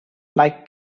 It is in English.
like